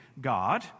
God